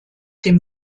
dem